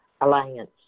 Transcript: Alliance